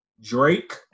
Drake